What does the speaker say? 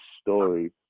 story